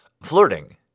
Flirting